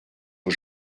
aux